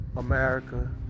America